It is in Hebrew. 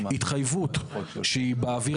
התחייבות שהיא באוויר,